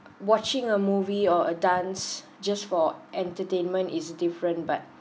watching a movie or a dance just for entertainment is different but